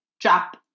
drop